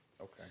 Okay